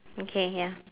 okay ya